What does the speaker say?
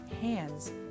hands